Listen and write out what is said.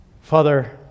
Father